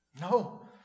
No